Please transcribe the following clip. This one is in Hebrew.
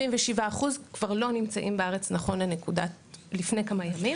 77% כבר לא נמצאים בארץ נכון ללפני כמה ימים.